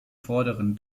vorderen